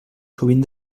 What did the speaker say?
sovint